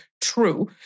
true